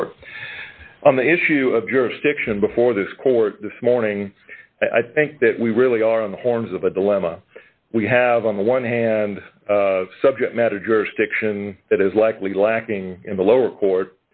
court on the issue of jurisdiction before this court this morning i think that we really are on the horns of a dilemma we have on the one hand and subject matter jurisdiction that is likely lacking in the lower court